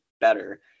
better